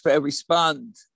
respond